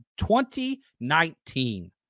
2019